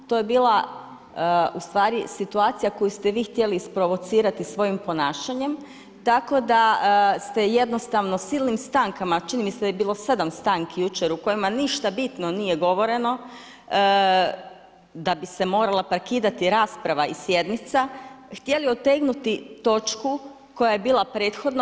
To je bila u stvari situacija koju ste vi htjeli isprovocirati svojim ponašanjem, tako da ste jednostavno silnim stankama, a čini mi se da je bilo sedam stanki jučer u kojima ništa bitno nije govoreno da bi se morala prekidati rasprava i sjednica, htjeli otegnuti točku koja je bila prethodno.